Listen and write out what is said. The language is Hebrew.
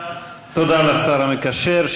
תודה לשר המקשר.